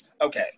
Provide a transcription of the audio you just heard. Okay